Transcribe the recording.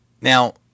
now